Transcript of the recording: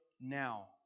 now